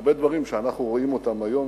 הרבה דברים שאנחנו רואים אותם היום